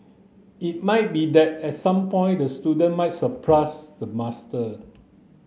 it might be that at some point the student might surpass the master